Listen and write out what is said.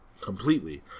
completely